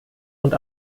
und